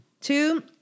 Two